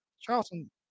Charleston